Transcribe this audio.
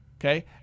Okay